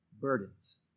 burdens